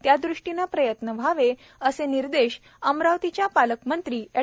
त्या दृष्टीने प्रयत्न व्हावेत असे निर्देश अमरावतीच्या पालकमंत्री अॅड